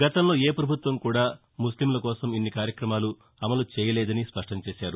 గతంలో ఏ ప్రభుత్వం కూడా ముస్లింల కోసం ఇన్ని కార్యక్రమాలు అమలు చేయలేదని స్పష్టం చేశారు